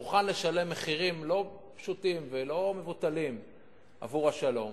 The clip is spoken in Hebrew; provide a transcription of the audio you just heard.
מוכן לשלם מחירים לא פשוטים ולא מבוטלים עבור השלום.